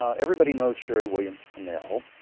ah everybody knows sheri williams pannell.